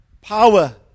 power